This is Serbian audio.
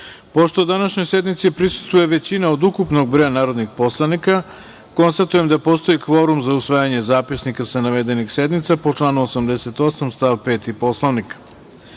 današnjoj sednici prisustvuje većina od ukupnog broja narodnih poslanika, konstatujem da postoji kvorum za usvajanje zapisnika sa navedenih sednica po članu 88. stav 5.